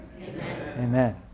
Amen